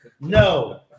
No